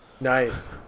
Nice